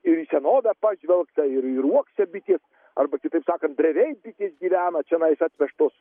ir į senovę pažvelgta ir ir uokse bitės arba kitaip sakant drevėj bitės gyvena čianais atvežtos